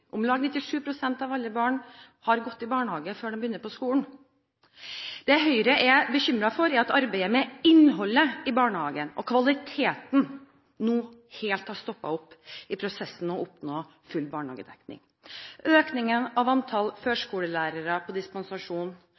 Om lag 97 pst. av alle barn har gått i barnehage før de begynner på skolen. Det Høyre er bekymret for, er at arbeidet med innholdet i barnehagen og kvaliteten nå helt har stoppet opp i prosessen med å oppnå full barnehagedekning. Økningen av antallet førskolelærere på dispensasjon